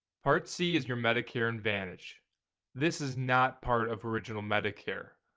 part c is your medicare advantage this is not part of original medicare.